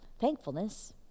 thankfulness